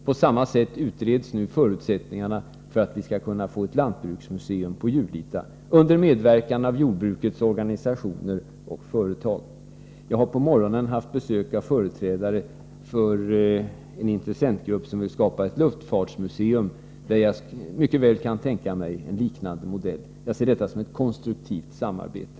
På samma sätt utreds nu förutsättningarna för att vi skall kunna få ett lantbruksmuseum på Julita under medverkan av jordbrukets organisationer och företag. Jag har i dag på morgonen haft besök av företrädare för en intressentgrupp som vill skapa ett luftfartsmuseum, och jag kan därvidlag mycket väl tänka mig en liknande modell. Jag ser detta som ett konstruktivt samarbete.